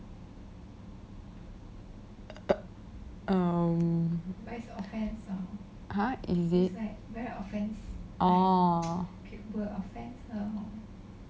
err um !huh! is it oh